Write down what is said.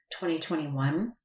2021